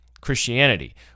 Christianity